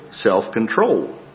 self-control